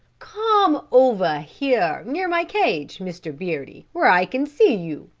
come over here, near my cage, mr. beardy, where i can see you,